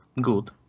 good